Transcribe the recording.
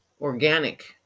organic